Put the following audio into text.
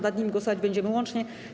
Nad nimi głosować będziemy łącznie.